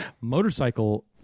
Motorcycle